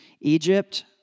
Egypt